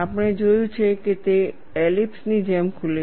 આપણે જોયું છે કે તે એલિપ્સની જેમ ખુલે છે